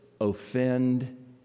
offend